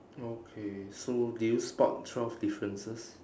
okay so did you spot twelve differences